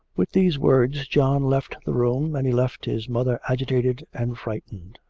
with these words john left the room, and he left his mother agitated and frightened.